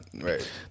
Right